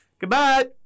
Goodbye